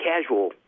casual